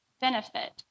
benefit